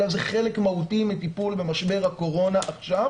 אלא זה חלק מהותי בטיפול במשבר הקורונה עכשיו